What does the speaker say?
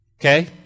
Okay